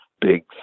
Big